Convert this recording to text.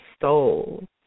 soul